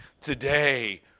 today